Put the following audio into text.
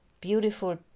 beautiful